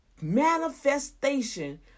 manifestation